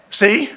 see